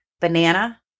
banana